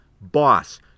boss